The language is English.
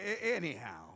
Anyhow